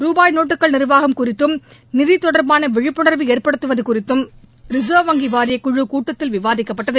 ருபாய் நோட்டுகள் நிர்வாகம் குறித்தும் நிதி தொடர்பாள விழிப்புணர்வு ஏற்படுத்துவது குறித்தும் ரிசர்வ் வங்கி வாரியக்குழு கூட்டத்தில் விவாதிக்கப்பட்டது